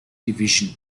división